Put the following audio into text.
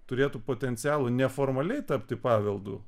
turėtų potencialo neformaliai tapti paveldu